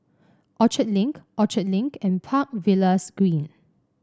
Orchard Link Orchard Link and Park Villas Green